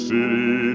City